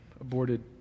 aborted